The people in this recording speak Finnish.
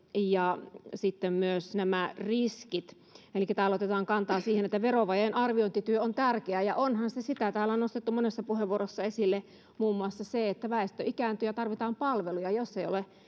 ja sitten myös nämä riskit elikkä täällä otetaan kantaa siihen että verovajeen arviointityö on tärkeää ja onhan se sitä täällä on nostettu monessa puheenvuorossa esille muun muassa se että väestö ikääntyy ja tarvitaan palveluja jos ei ole